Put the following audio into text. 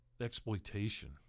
exploitation